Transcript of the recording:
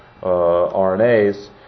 RNAs